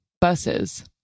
Buses